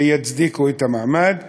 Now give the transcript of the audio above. שיצדיקו את המעמד.